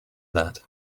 that